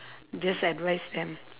just advise them